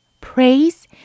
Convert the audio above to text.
praise